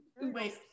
Wait